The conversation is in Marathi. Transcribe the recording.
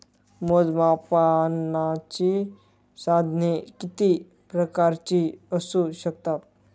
मोजमापनाची साधने किती प्रकारची असू शकतात?